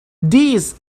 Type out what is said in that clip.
these